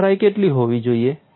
પહોળાઈ કેટલી હોવી જોઈએ